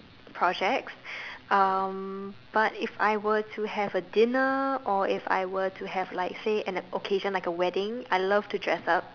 projects um but if I were to have a dinner or if I were to have like say an occasion like a wedding I love to dress up